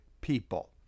people